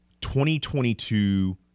2022